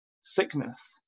sickness